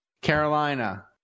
Carolina